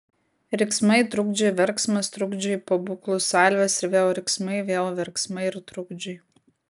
riksmai trukdžiai verksmas trukdžiai pabūklų salvės ir vėl riksmai vėl verksmai ir trukdžiai